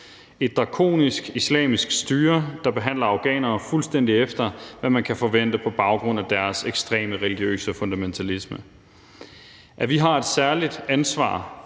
et drakonisk islamisk styre, der behandler afghanere, fuldstændig efter hvad man kan forvente på baggrund af deres ekstreme religiøse fundamentalisme. At vi har et særligt ansvar